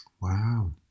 Wow